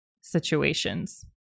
situations